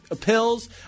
pills